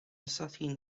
sitting